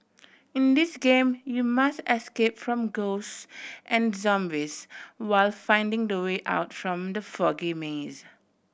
in this game you must escape from ghost and zombies while finding the way out from the foggy maze